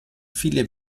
viele